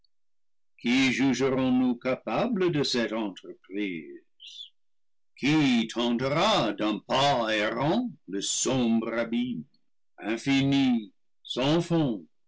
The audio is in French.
qui jugerons nous capable de cette entreprise qui tentera d'un pas errant le sombre abîme infini sans fond